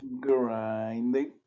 Grinding